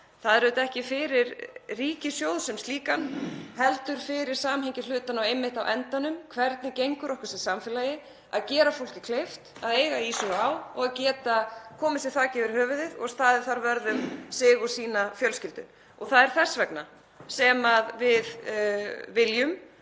Það er auðvitað ekki fyrir ríkissjóð sem slíkan heldur fyrir samhengi hlutanna og einmitt á endanum hvernig okkur gengur sem samfélagi að gera fólki kleift að eiga í sig og á og geta komið sér þaki yfir höfuðið og staðið þar vörð um sig og sína fjölskyldu. Þess vegna viljum